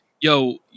yo